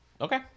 Okay